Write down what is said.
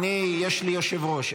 יש לי יושב-ראש.